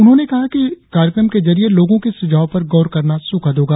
उन्होंने कहा कि कार्यक्रम के लिए लोगो के सुझाव पर गौर करना सुखद होगा